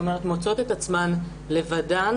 הן מוצאות עצמן לבדן,